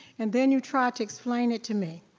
and then you tried to explain it to me.